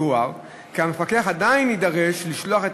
יוער כי המפקח עדיין יידרש לשלוח את